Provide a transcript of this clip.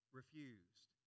refused